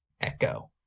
echo